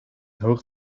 hoog